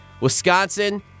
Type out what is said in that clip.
Wisconsin